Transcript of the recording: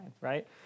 right